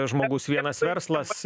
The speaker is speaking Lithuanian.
žmogus vienas verslas